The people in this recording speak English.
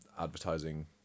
advertising